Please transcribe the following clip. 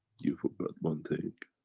you forgot one thing.